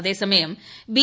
അതേസമയം ബി